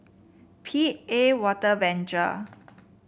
P A Water Venture